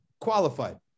qualified